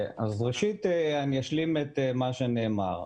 ראשית, אני אשלים את מה שנאמר.